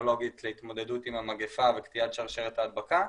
טכנולוגית להתמודדות עם המגפה וקטיעת שרשרת ההדבקה.